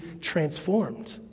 transformed